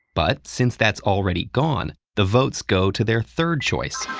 but since that's already gone, the votes go to their third choice.